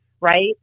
right